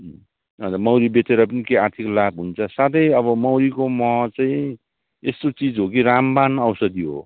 अँ अन्त मौरी बेचेर पनि के आर्थिक लाभ हुन्छ साथै अब मौरीको मह चाहिँ यस्तो चिज हो कि रामवाण औषधी हो